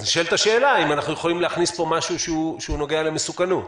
אז נשאלת השאלה האם אנחנו יכולים להכניס פה משהו שנוגע למסוכנות.